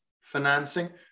financing